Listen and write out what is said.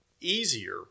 easier